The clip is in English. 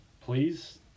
please